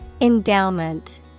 Endowment